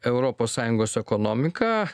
europos sąjungos ekonomiką